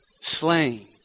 Slain